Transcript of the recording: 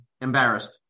embarrassed